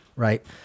Right